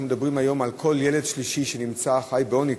אנחנו מדברים היום על כל ילד שלישי שחי בעוני,